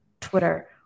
twitter